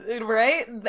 Right